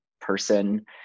person